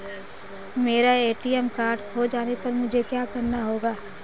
मेरा ATM card खो जाने पर मुझे क्या करना होगा?